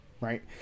Right